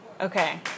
Okay